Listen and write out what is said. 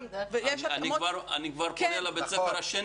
-- אז אני כבר פונה לבית הספר השני?